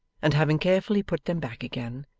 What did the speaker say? and having carefully put them back again,